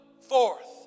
forth